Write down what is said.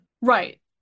Right